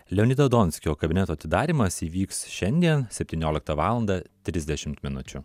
leonido donskio kabineto atidarymas įvyks šiandien septynioliktą valandą trisdešimt minučių